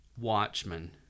Watchmen